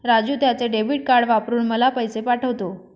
राजू त्याचे debit card वापरून मला पैसे पाठवतो